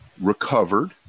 recovered